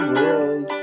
world